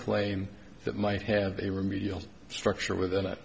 claim that might have a remedial structure within it